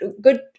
good